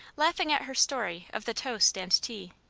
laughing at her story of the toast and tea.